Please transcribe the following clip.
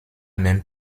même